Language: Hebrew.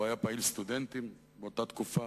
הוא היה פעיל סטודנטים באותה תקופה.